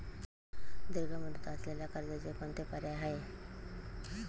दीर्घ मुदत असलेल्या कर्जाचे कोणते पर्याय आहे?